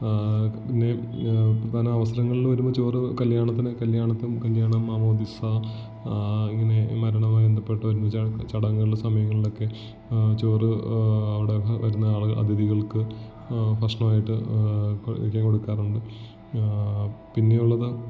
പിന്നെ പ്രധാന അവസരങ്ങളിൽ വരുമ്പോൾ ചോറ് കല്ല്യാണത്തിന് കല്ല്യാണത്തിനും കല്ല്യാണം മാമോദിസ ഇങ്ങനെ മരണവുമായി ബന്ധപ്പെട്ട് ഒരുമിച്ച് ചടങ്ങുകളിൽ സമയങ്ങളിലൊക്കെ ചോറ് അവിടെ വരുന്ന ആളുകൾ അതിഥികൾക്ക് ഭക്ഷണമായിട്ട് കഴിക്കാൻ കൊടുക്കാറുണ്ട് പിന്നെയുള്ളത്